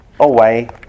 away